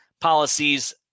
policies